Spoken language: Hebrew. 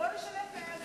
בואו נשנה את תנאי הסף.